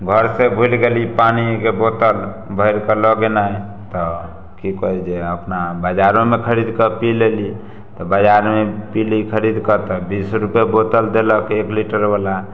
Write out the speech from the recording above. घर से भूइल गेली पानीके बोतल भरि कऽ लऽ गेनाइ तऽ कि कहै जे अपना बजारोमे खरीद कऽ पी लेली तऽ बाजारमे पीली खरीद कऽ तऽ बीस रूपये बोतल देलक एक लीटर बला